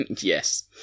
Yes